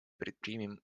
предпримем